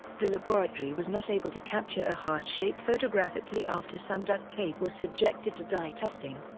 the laboratory was not able to capture a heart-shape photographically after some duct tape was subjected to dye testing.